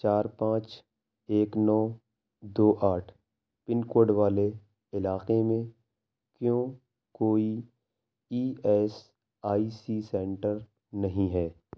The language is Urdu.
چار پانچ ایک نو دو آٹھ پن کوڈ والے علاقے میں کیوں کوئی E S I C centre نہیں ہے